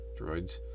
droids